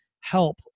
help